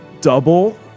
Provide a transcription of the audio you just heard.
double